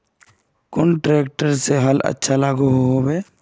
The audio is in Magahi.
कुन ट्रैक्टर से हाल अच्छा लागोहो होबे?